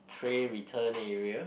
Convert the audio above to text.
tray return area